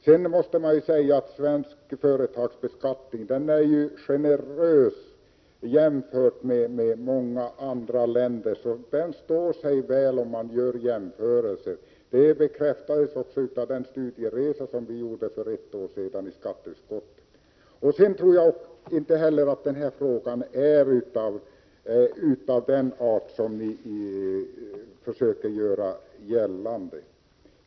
Man måste säga att svensk företagsbeskattning är generös jämfört med många andra länders. Den står sig väl vid en jämförelse. Det bekräftades också vid en studieresa som vi i skatteutskottet gjorde för ett år sedan. Jag tror inte heller att den här frågan är av den art som ni försöker göra gällande.